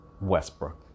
Westbrook